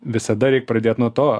visada reik pradėt nuo to